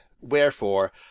Wherefore